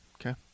Okay